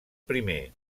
primer